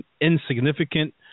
insignificant